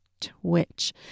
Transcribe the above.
twitch